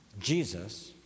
Jesus